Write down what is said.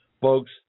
folks